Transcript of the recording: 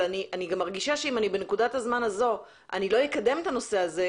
אבל אני גם מרגישה שאם בנקודת הזמן הזו אני לא אקדם את הנושא הזה,